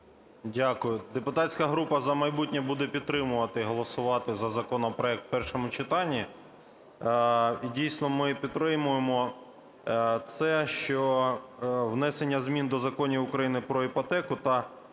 Дякую. Депутатська група "За майбутнє" буде підтримувати і голосувати за законопроект у першому читанні. І, дійсно, ми підтримуємо це, що внесення змін до законів України про іпотеку та